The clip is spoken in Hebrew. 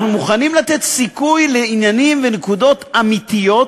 אנחנו מוכנים לתת סיכוי לעניינים ונקודות אמיתיות,